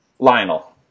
Lionel